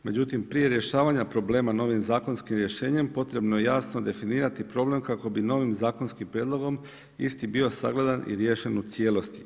Međutim, prije rješavanja problema novim zakonskim rješenjem potrebno je jasno definirati problem kako bi novim zakonskim prijedlogom isti bio sagledan i riješen u cjelosti.